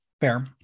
Fair